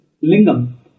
lingam